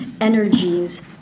energies